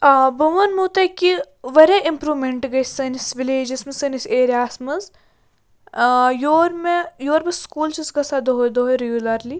آ بہٕ وَنہو تۄہہِ کہِ واریاہ اِمپرٛیوٗمیٚنٛٹہٕ گٔے سٲنِس وِلیجَس منٛز سٲنِس ایریا ہَس منٛز ٲں یور مےٚ یور بہٕ سُکوٗل چھَس گژھان دۄہَے دۄہَے رِگیوٗلَرلی